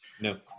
No